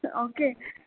હા ઓકે